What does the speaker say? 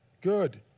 good